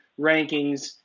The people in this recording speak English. rankings